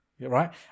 right